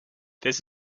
this